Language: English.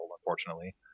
unfortunately